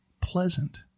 pleasant